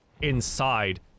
inside